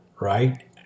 right